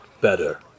better